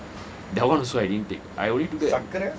that one also I didn't take I only took